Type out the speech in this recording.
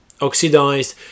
Oxidized